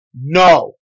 No